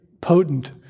potent